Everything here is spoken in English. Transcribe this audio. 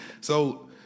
So-